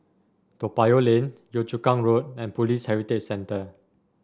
Toa Payoh Lane Yio Chu Kang Road and Police Heritage Centre